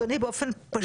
אדוני באופן פשוט,